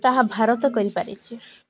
ତାହା ଭାରତ କରିପାରିଛି